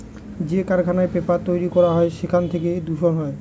যে কারখানায় পেপার তৈরী করা হয় সেখান থেকে দূষণ হয়